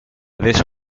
this